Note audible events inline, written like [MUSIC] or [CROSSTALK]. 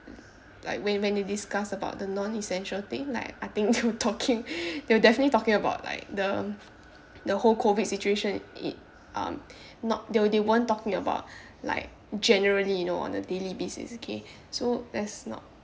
like wh~ when they discuss about the non-essential thing like I think they were talking [NOISE] they were definitely talking about like the the whole COVID situation i~ um not th~ they won't talking about like generally you know on a daily basis okay so that's not